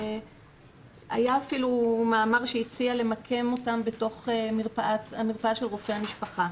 היה אפילו מאמר שהציע למקם אותם בתוך המרפאה של רופאי המשפחה.